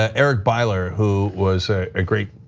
ah eric beiler, who was a ah great